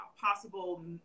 possible